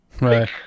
Right